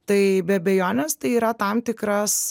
tai be abejonės tai yra tam tikras